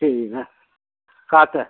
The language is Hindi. एइ ला काट